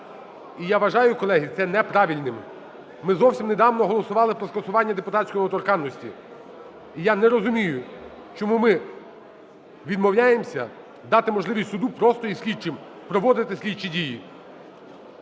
І я вважаю, колеги, це неправильним. Ми зовсім недавно голосували про скасування депутатської недоторканності. І я не розумію, чому ми відмовляємось дати можливість суду просто і слідчим проводити слідчі дії?